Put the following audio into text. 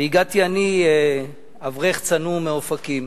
והגעתי אני, אברך צנום מאופקים.